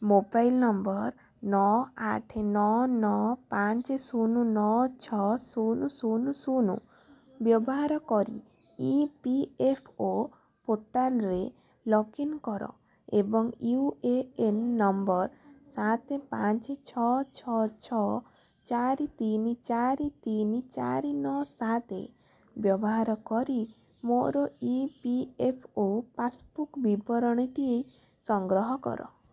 mobile number ନଅ ଆଠ ନଅ ନଅ ପାଞ୍ଚ ଶୂନ ନଅ ଛଅ ଶୂନ ଶୂନ ଶୂନ ବ୍ୟବହାର କରି ଇ ପି ଏଫ୍ ଓ ପୋର୍ଟାଲ୍ରେ ଲଗ୍ ଇନ୍ କର ଏବଂ ୟୁ ଏ ଏନ୍ ନମ୍ବର ସାତ ପାଞ୍ଚ ଛଅ ଛଅ ଛଅ ଚାରି ତିନି ଚାରି ତିନି ସାତ ନଅ ସାତ ବ୍ୟବହାର କରି ମୋର E P F O passbook ବିବରଣୀଟି ସଂଗ୍ରହ କର